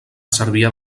cervià